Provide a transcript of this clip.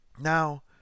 Now